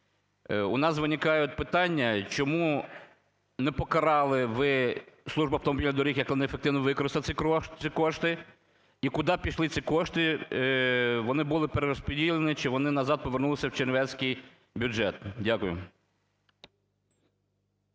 У нас виникають питання: чому не покарали ви Службу автомобільних доріг, яка не ефективно використала ці кошти? І куди пішли ці кошти? Вони були перерозподілені чи вони назад повернулися в чернівецький бюджет? Дякую.